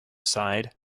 side